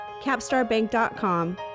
capstarbank.com